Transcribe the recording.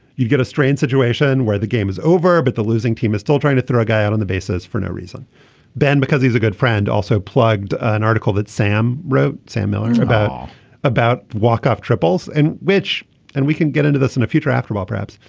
you'd get a strange situation where the game is over but the losing team is still trying to throw a guy out on the bases for no reason ben because he's a good friend also plugged an article that sam. sam miller about about walk off triples and which and we can get into this in the future after about perhaps.